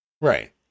Right